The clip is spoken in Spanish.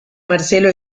marcelo